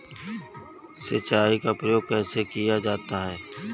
सिंचाई का प्रयोग कैसे किया जाता है?